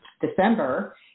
December